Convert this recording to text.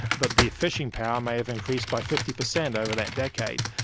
but the fishing power may have increased by fifty percent over that decade.